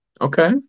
Okay